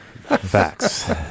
Facts